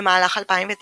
במהלך 2009